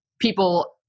people